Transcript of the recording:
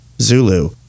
Zulu